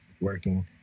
working